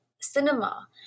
cinema